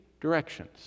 directions